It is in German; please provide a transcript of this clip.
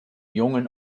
jungen